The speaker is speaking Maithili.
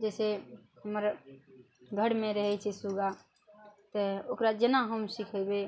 जइसे हमर घरमे रहै छै सुग्गा तऽ ओकरा जेना हम सिखयबै